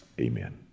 Amen